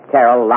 Carol